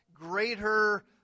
greater